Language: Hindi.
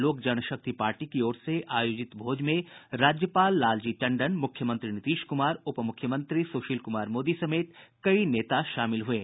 लोक जन शक्ति पार्टी की ओर से आयोजित भोज में राज्यपाल लालजी टंडन मुख्यमंत्री नीतीश कुमार उपमुख्यमंत्री सुशील कुमार मोदी समेत कई नेता शामिल हुये